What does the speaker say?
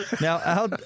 Now